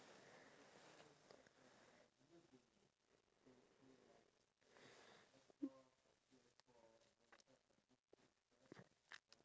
ya so you want the society to function much more well if all individuals in the society is able to interact